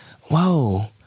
Whoa